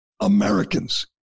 Americans